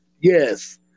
Yes